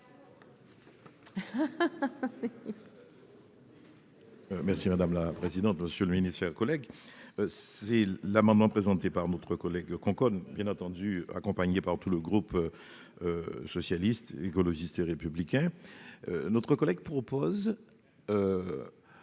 Merci madame la présidente, monsieur le ministre, un collègue : c'est l'amendement présenté par notre collègue Concorde, bien entendu, accompagné par tout le groupe socialiste, écologiste et républicain, notre collègue propose